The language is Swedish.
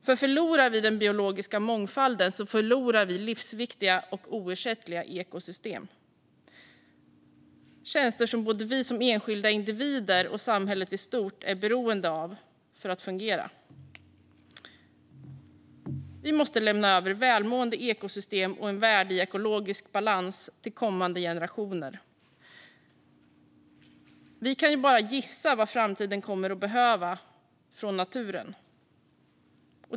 Förlorar vi den biologiska mångfalden förlorar vi livsviktiga och oersättliga ekosystem, tjänster som både vi som enskilda individer och samhället i stort är beroende av för att fungera. Vi måste lämna över välmående ekosystem och en värld i ekologisk balans till kommande generationer. Vi kan bara gissa vad framtiden kommer att behöva från naturen.